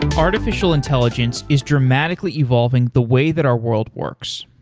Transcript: and artificial intelligence is dramatically evolving the way that our world works,